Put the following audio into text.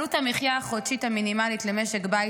עלות המחיה החודשית המינימלית למשק בית